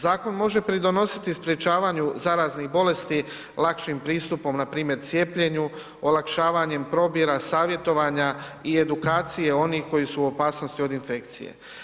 Zakon može pridonositi sprečavanju zaraznih bolesti lakšim pristupom npr. cijepljenju, olakšavanjem probira, savjetovanja i edukacije onih koji su u opasnosti od infekcije.